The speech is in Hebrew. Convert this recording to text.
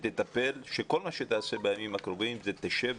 שכל מה שתעשה בימים הקרובים זה תשב,